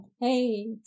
Hey